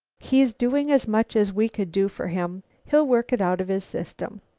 he's doing as much as we could do for him. he'll work it out of his system.